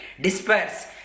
Disperse